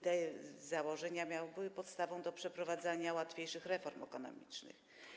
Te założenia były podstawą do przeprowadzania łatwiejszych reform ekonomicznych.